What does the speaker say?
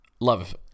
love